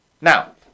Now